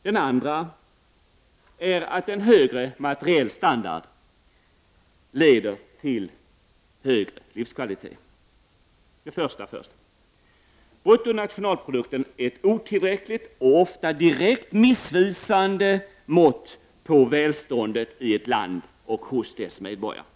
Den andra är att en högre materiell standard leder till bättre livskvalitet. Jag börjar med att kommentera den första missuppfattningen. Bruttona tionalprodukten är ett otillräckligt och ofta direkt missvisande mått på välståndet i ett land och bland medborgarna där.